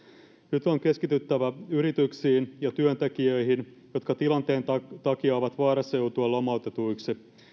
nyt on keskityttävä yrityksiin ja työntekijöihin jotka tilanteen takia ovat vaarassa joutua lomautetuiksi